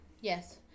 Yes